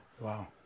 Wow